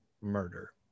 murder